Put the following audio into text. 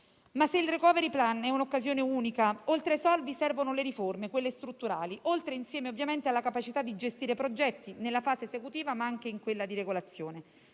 Ma se il *recovery plan* è un'occasione unica, oltre ai soldi servono le riforme, quelle strutturali, insieme alla capacità di gestire progetti nella fase esecutiva ma anche in quella di regolazione.